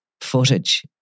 footage